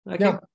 Okay